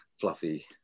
fluffy